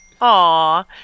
Aw